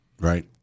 right